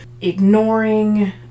Ignoring